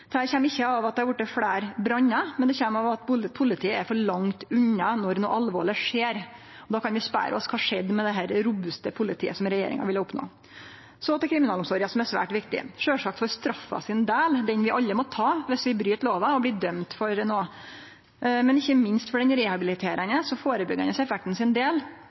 kjem ikkje av at det har vorte fleire brannar, men det kjem av at politiet er for langt unna når noko alvorleg skjer. Då kan vi spørje oss kva som skjedde med det robuste politiet som regjeringa ville oppnå. Så til kriminalomsorga, som er svært viktig – sjølvsagt for straffa sin del, den vi alle må ta dersom vi bryt lova og blir dømde for noko, men ikkje minst for den rehabiliterande og førebyggjande effekten sin del,